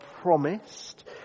promised